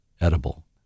edible